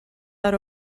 out